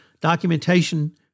documentation